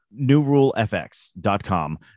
newrulefx.com